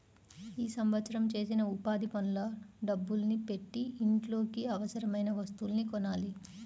ఈ సంవత్సరం చేసిన ఉపాధి పనుల డబ్బుల్ని పెట్టి ఇంట్లోకి అవసరమయిన వస్తువుల్ని కొనాలి